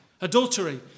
Adultery